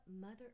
Mother